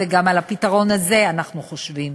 גם על הפתרון הזה אנחנו חושבים.